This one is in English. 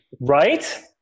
Right